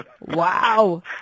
Wow